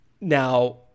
Now